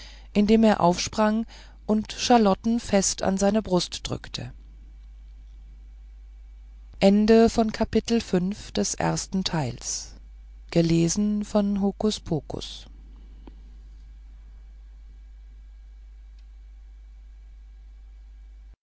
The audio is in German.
indem er aufsprang und charlotten fest an seine brust drückte